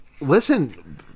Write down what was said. Listen